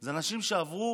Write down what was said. זה אנשים שעברו